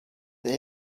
that